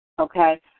Okay